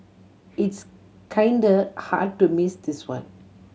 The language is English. it's kinda hard to miss this one